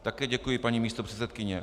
Také děkuji, paní místopředsedkyně.